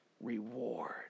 reward